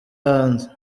hanze